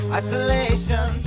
isolation